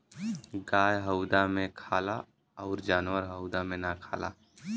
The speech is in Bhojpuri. गाय हउदा मे खाला अउर जानवर हउदा मे ना खालन